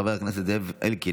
חבר הכנסת זאב אלקין,